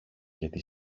γιατί